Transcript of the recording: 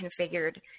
configured